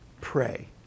pray